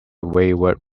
wayward